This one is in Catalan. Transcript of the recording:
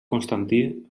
constantí